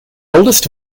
oldest